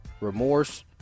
remorse